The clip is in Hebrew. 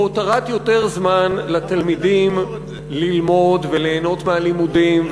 והותרת יותר זמן לתלמידים ללמוד וליהנות מהלימודים,